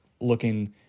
looking